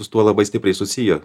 su tuo labai stipriai susiję